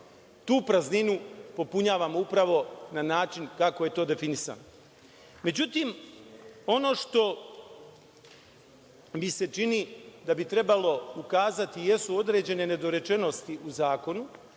Tu prazninu popunjavamo upravo na način kako je to definisano.Međutim, ono što mi se čini da bi trebalo ukazati jesu određene nedorečenosti u zakonu,